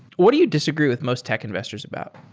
what do you disagree with most tech investors about?